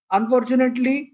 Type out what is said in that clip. Unfortunately